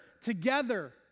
together